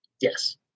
Yes